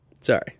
Sorry